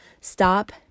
Stop